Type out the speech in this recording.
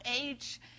age